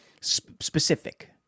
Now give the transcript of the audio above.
specific